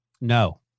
no